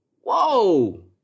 whoa